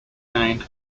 gained